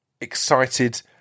excited